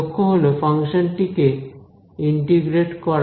লক্ষ্য হলো ফাংশন টি কে ইন্টিগ্রেট করা